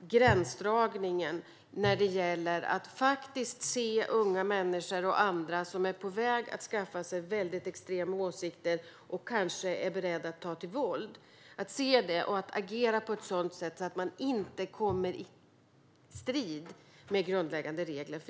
gränsdragningen när det handlar om att se unga människor och andra som är på väg att skaffa sig väldigt extrema åsikter och kanske är beredda att ta till våld. Hur kan vi se och agera på det på ett sådant sätt att vi inte kommer i strid med grundläggande regler?